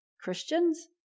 Christians